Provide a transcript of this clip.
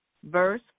Verse